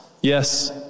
Yes